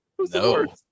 No